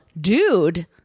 dude